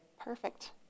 Perfect